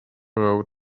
road